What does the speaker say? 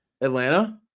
Atlanta